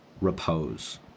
repose